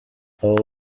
abo